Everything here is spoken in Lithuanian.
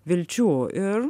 vilčių ir